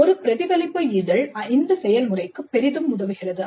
ஒரு பிரதிபலிப்பு இதழ் இந்த செயல்முறைக்கு பெரிதும் உதவுகிறது